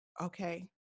okay